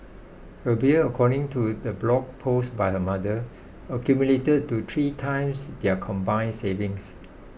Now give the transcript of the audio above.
her bills according to the blog post by her mother accumulated to three times their combined savings